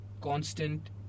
constant